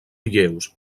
lleus